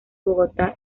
bogotá